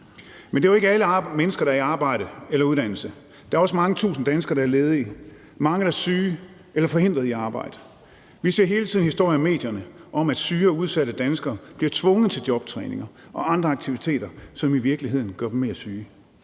Men det er jo ikke alle mennesker, der er i arbejde eller i uddannelse. Der er også mange tusind danskere, der er ledige. Der er mange, der er syge eller forhindret i at arbejde. Vi ser hele tiden historier i medierne om, at syge og udsatte danskere bliver tvunget til jobtræning og andre aktiviteter, som i virkeligheden gør dem mere syge.